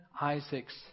Isaac's